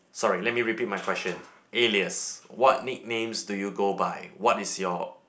sorry let me repeat my question Alias what nicknames do you go by what is your